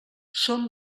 són